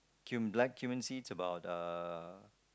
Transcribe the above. cum~ black cumin seeds about uh